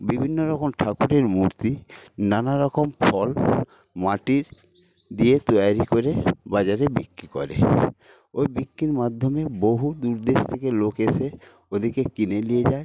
বিভিন্ন রকমের ঠাকুরের মূর্তি নানা রকম ফল মাটি দিয়ে তৈরি করে বাজারে বিক্রি করে ওই বিক্রির মাধ্যমে বহুদূর দেশ থেকে লোক এসে ওদেরকে কিনে নিয়ে যায়